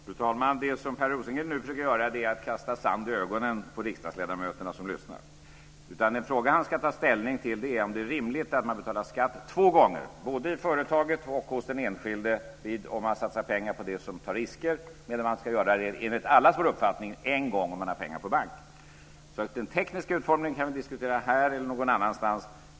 Fru talman! Det som Per Rosengren nu försöker göra är att kasta sand i ögonen på de riksdagsledamöter som lyssnar. Den fråga han ska ta ställning till är om det är rimligt att man betalar skatt två gånger, både i företaget och hos den enskilde, om man satsar pengar på verksamhet som tar risker, medan man ska göra det, enligt allas vår uppfattning, en gång om man har pengar på bank. Den tekniska utformningen kan vi diskutera här eller någon annanstans.